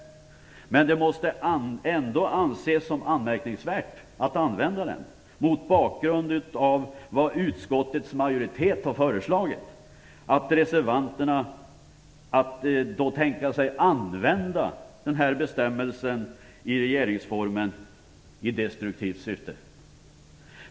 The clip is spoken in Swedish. Men det måste ändå anses som anmärkningsvärt att använda denna bestämmelse i regeringsformen i destruktivt syfte mot bakgrund av vad utskottets majoritet har föreslagit.